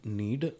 need